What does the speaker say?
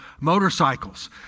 motorcycles